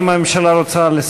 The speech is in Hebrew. האם מילתו של ראש ממשלה,